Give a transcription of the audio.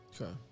Okay